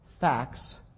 Facts